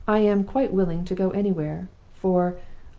i am quite willing to go anywhere for,